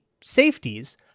safeties